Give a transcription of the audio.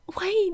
Wait